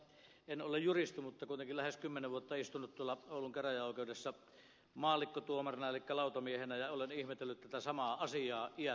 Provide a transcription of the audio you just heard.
en ole juristi mutta kuitenkin lähes kymmenen vuotta istunut tuolla oulun käräjäoikeudessa maallikkotuomarina elikkä lautamiehenä ja olen ihmetellyt tätä samaa asiaa iät kaiket